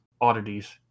oddities